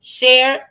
share